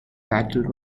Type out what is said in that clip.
battle